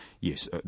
yes